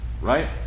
right